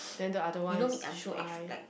then the other one is should I